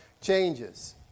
changes